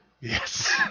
Yes